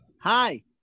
Hi